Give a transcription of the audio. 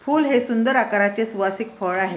फूल हे सुंदर आकाराचे सुवासिक फळ आहे